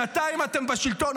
שנתיים אתם בשלטון.